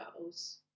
girls